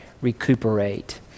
recuperate